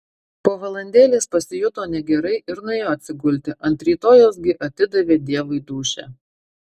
po valandėlės pasijuto negerai ir nuėjo atsigulti ant rytojaus gi atidavė dievui dūšią